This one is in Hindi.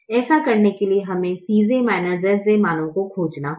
ऐसा करने के लिए हमें Cj Zj मानों को खोजना होगा